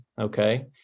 Okay